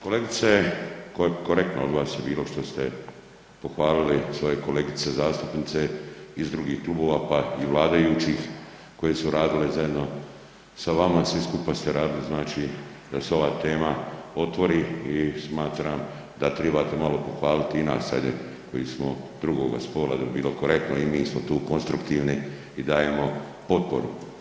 Kolegice, korektno od vas je bilo što ste pohvalili svoje kolegice zastupnice iz drugih klubova, pa i vladajućih koje su radile zajedno sa vama, svi skupa ste radili znači da se ova tema otvori i smatram da tribate malo pohvalit i nas ajde koji smo drugoga spola da bi bilo korektno i mi smo tu konstruktivni i dajemo potporu.